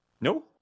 No